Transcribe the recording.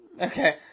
Okay